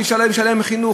כשאי-אפשר לשלם על חינוך,